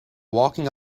walking